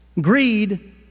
Greed